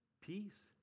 peace